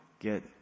Get